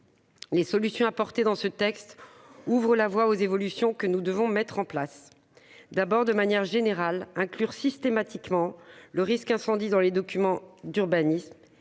Les solutions apportées dans ce texte ouvrent la voie aux évolutions que nous devons déployer. De manière générale, il faut inclure systématiquement le risque d'incendie dans les documents d'urbanisme.